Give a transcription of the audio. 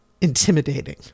intimidating